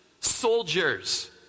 Soldiers